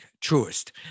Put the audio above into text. truest